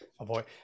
Avoid